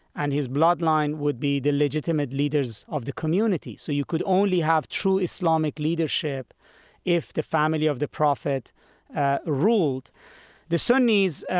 and his bloodline would be the legitimate leaders of the community. so you could only have true islamic leadership if the family of the prophet ah ruled the sunnis,